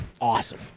Awesome